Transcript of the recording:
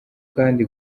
kandi